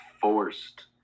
forced